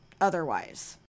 otherwise